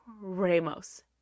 Ramos